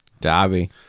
Dobby